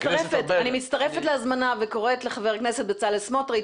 אני מצטרפת להזמנה וקוראת לחבר הכנסת בצלאל סמוטריץ',